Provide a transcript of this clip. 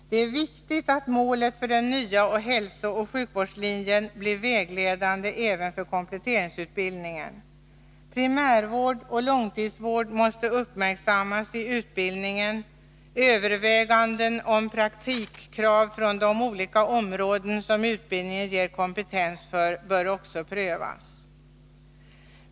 Det är viktigt att målen för den nya hälsooch sjukvårdslinjen blir vägledande även för kompletteringsutbildningen. Primärvård och långtidsvård måste uppmärksammas i utbildningen. Överväganden om praktikkrav från de olika områden som utbildningen ger kompetens för bör också prövas.